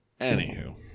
Anywho